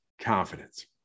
confidence